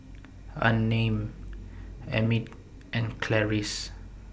Unnamed Emmitt and Clarice